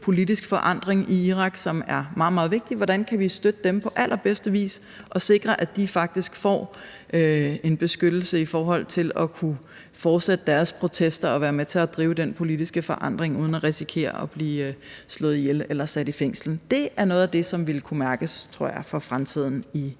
politisk forandring i Irak, som er meget, meget vigtig. Hvordan kan vi støtte dem på allerbedste vis og sikre, at de faktisk får en beskyttelse i forhold til at kunne fortsætte deres protester og være med til at drive den politiske forandring uden at risikere at blive slået ihjel eller sat i fængsel? Det er noget af det, som vil kunne mærkes, tror jeg, for fremtiden i Irak.